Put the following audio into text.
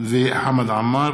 וחמד עמאר